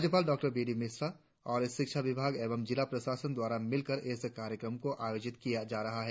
राज्यपाल डॉ बी मिश्रा और शिक्षा विभाग एवं जिला प्रशासन द्वारा मिलकर इस कार्यक्रम को आयोजित किया जा रहा है